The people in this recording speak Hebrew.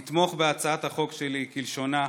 לתמוך בהצעת החוק שלי כלשונה,